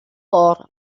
cor